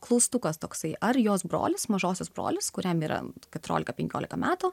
klaustukas toksai ar jos brolis mažosios brolis kuriam yra keturiolika penkiolika metų